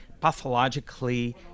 pathologically